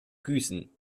grüßen